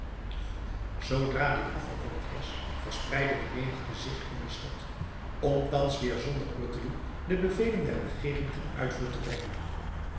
zoodra dit afgekondigd was verspreidde de menigte zich in de stad om thans weer zonder pruttelen de bevelen der regeering ten uitvoer te brengen